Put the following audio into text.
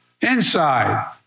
Inside